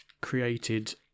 created